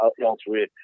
elsewhere